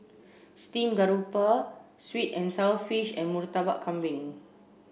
stream grouper sweet and sour fish and Murtabak Kambing